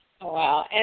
wow